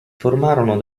formarono